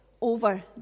over